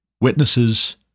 witnesses